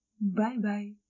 bye-bye